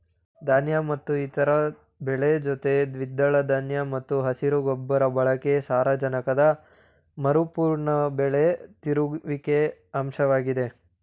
ಧಾನ್ಯ ಮತ್ತು ಇತರ ಬೆಳೆ ಜೊತೆ ದ್ವಿದಳ ಧಾನ್ಯ ಮತ್ತು ಹಸಿರು ಗೊಬ್ಬರ ಬಳಕೆ ಸಾರಜನಕದ ಮರುಪೂರಣ ಬೆಳೆ ತಿರುಗುವಿಕೆಯ ಅಂಶವಾಗಿದೆ